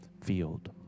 field